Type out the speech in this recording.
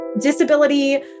Disability